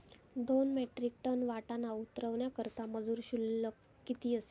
दोन metric tonne वाटाणा उतरवण्याकरता मजूर शुल्क किती असेल?